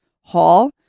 hall